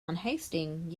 unhasting